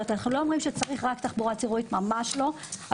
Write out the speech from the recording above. אנחנו לא אומרים שצריך רק תחבורה ציבורית ממש לא.